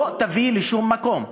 לא תביא לשום מקום.